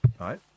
Right